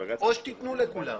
או תיתנו לכולם.